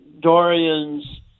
Dorian's